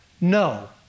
no